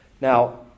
Now